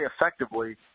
effectively